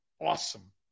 Awesome